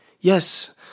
Yes